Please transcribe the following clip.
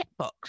checkbox